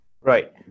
Right